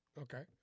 Okay